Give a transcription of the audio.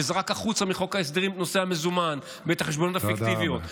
שזרק החוצה מחוק ההסדרים את נושא המזומן ואת החשבוניות הפיקטיביות,